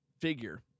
figure